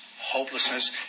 hopelessness